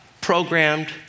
programmed